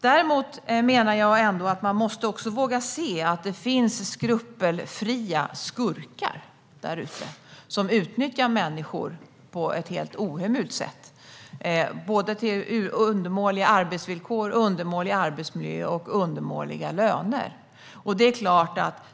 Däremot menar jag att man ändå måste våga se att det finns skrupelfria skurkar där ute, som utnyttjar människor på ett helt ohemult sätt. Det gäller undermåliga arbetsvillkor, undermålig arbetsmiljö och undermåliga löner.